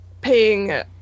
paying